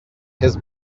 his